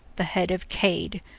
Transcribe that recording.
the head of cade,